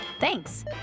Thanks